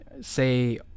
say